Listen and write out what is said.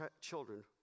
children